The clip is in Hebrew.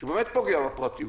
שהוא באמת פוגע בפרטיות,